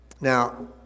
Now